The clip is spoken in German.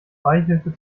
beihilfe